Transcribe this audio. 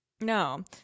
No